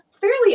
fairly